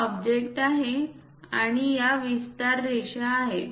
हा ऑब्जेक्ट आहे आणि या विस्तार रेषा आहेत